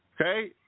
Okay